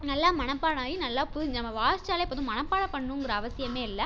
நல்லா மனப்பாடம் ஆகி நல்லா புரிஞ்சு நம்ம வாசிச்சாலே போதும் மனப்பாடம் பண்ணணுங்கிற அவசியமே இல்ல